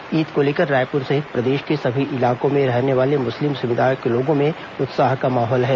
ईद को लेकर रायपुर सहित प्रदेश के सभी इलाकों में रहने वाले मुस्लिम समुदाय के लोगों में उत्साह का माहौल है